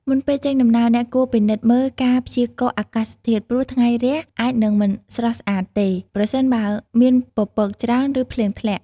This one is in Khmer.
មុនពេលចេញដំណើរ អ្នកគួរ ពិនិត្យមើលការព្យាករណ៍អាកាសធាតុ ព្រោះថ្ងៃរះអាចនឹងមិនស្រស់ស្អាតទេ ប្រសិនបើមានពពកច្រើន ឬភ្លៀងធ្លាក់។